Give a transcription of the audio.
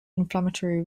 inflammatory